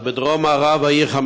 בדרום-מערב העיר,